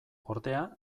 ordea